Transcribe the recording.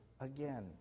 again